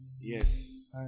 Yes